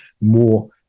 more